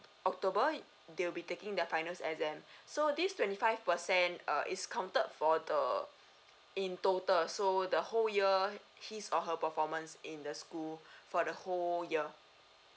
october they'll be taking their final exam so this twenty five percent err is counted for the in total so the whole year his or her performance in the school for the whole year